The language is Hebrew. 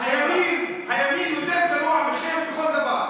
אבל מרגש אותי שיתוף הפעולה שלכם עם המפלגות.